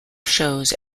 shows